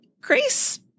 Grace